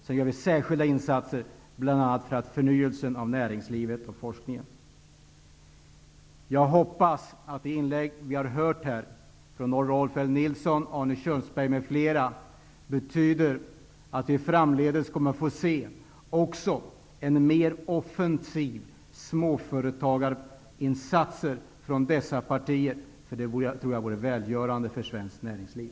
Sedan gör vi särskilda insatser bl.a. för förnyelsen av näringslivet och forskningen. Jag hoppas att de inlägg vi har hört från Rolf L Nilson, Arne Kjörnsberg m.fl. betyder att vi framdeles kommer att få se mer offensiva småföretagarinsatser från dessa partier. Det tror jag vore välgörande för svenskt näringsliv.